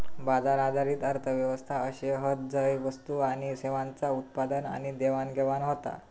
बाजार आधारित अर्थ व्यवस्था अशे हत झय वस्तू आणि सेवांचा उत्पादन आणि देवाणघेवाण होता